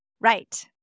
Right